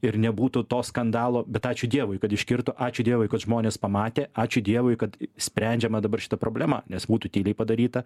ir nebūtų to skandalo bet ačiū dievui kad iškirto ačiū dievui kad žmonės pamatė ačiū dievui kad sprendžiama dabar šita problema nes būtų tyliai padaryta